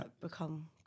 become